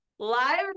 live